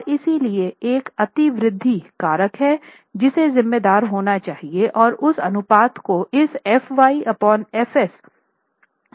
और इसलिए एक अतिवृद्धि कारक है जिसे जिम्मेदार होना चाहिए और उस अनुपात को इस F y F s द्वारा लाया जाता है